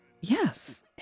Yes